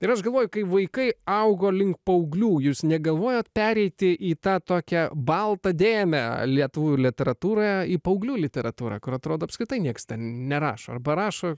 ir aš galvoju kai vaikai augo link paauglių jūs negalvojot pereiti į tą tokią baltą dėmę lietuvių literatūroje į paauglių literatūrą kur atrodo apskritai nieks nerašo arba rašo